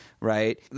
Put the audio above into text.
right